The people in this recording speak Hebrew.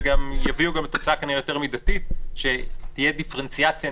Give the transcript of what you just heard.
וגם יביאו לתוצאה כנראה יותר מידתית שתהיה דיפרנציאציה,